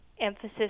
emphasis